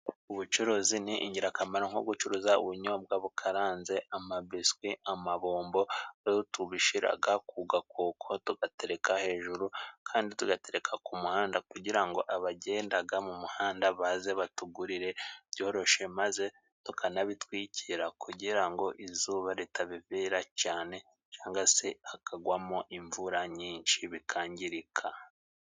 Ubucuruzi ni ingirakamaro. Nko gucuruza ubunyobwa bukaranze, amabiswi, amabombo, aho tubishiraga ku gakoko tugatereka hejuru kandi tugatereka ku muhanda kugira ngo abagendaga mu muhanda baze batugurire byoroshe, maze tukanabitwikira kugira ngo izuba ritabivira cyane cyangwa se hakagwamo imvura nyinshi bikangirika.